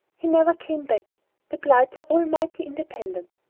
he never came back the blythes were all mighty independent.